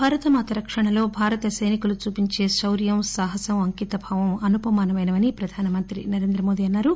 భరతమాత రక్షణలో భారత సైనికులు చూపించే శౌర్యం సాహసం అంకితభావం అనుపమానమైనవని ప్రధాన మంత్రి నరేంద్ర మోదీ అన్నారు